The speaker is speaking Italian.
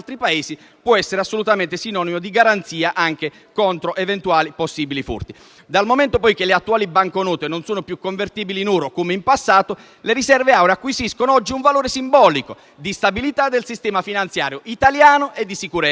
può essere sinonimo di garanzia contro eventuali possibili furti. Dal momento che le attuali banconote non sono più convertibili in oro, come in passato, le riserve auree acquisiscono oggi un valore simbolico di stabilità del sistema finanziario italiano e di sicurezza.